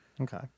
Okay